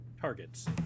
targets